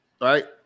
Right